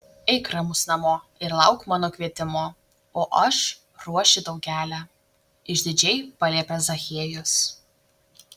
eik ramus namo ir lauk mano kvietimo o aš ruošiu tau kelią išdidžiai paliepė zachiejus